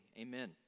Amen